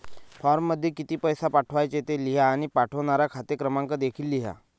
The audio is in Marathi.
फॉर्ममध्ये किती पैसे पाठवायचे ते लिहा आणि पाठवणारा खाते क्रमांक देखील लिहा